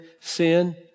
sin